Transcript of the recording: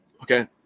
okay